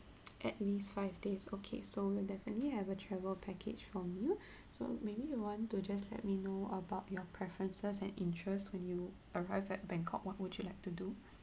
at least five days okay so we definitely have a travel package for you so maybe you want to just let me know about your preferences and interests when you arrive at bangkok what would you like to do